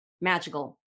Magical